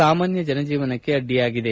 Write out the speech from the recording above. ಸಾಮಾನ್ಯ ಜನ ಜೀವನಕ್ಕೆ ಅಡ್ಡಿಯಾಗಿದೆ